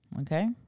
Okay